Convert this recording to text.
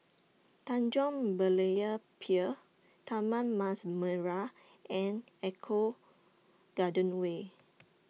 Tanjong Berlayer Pier Taman Mas Merah and Eco Garden Way